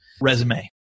resume